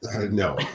No